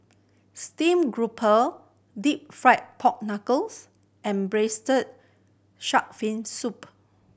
stream grouper deep fried pork knuckles and Braised Shark Fin Soup